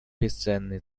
бесценный